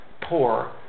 poor